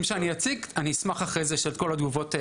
ואני אשמח אחרי זה לשמוע את כל התגובות.